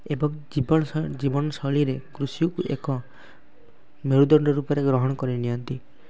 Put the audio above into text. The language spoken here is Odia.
ଏବଂ ଜୀବନ ଜୀବନଶୈଳୀରେ କୃଷିକୁ ଏକ ମେରୁଦଣ୍ଡ ରୂପରେ ଗ୍ରହଣ କରିନିଅନ୍ତି